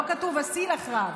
לא כתוב עשי לך רב,